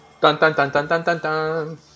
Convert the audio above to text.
Dun-dun-dun-dun-dun-dun-dun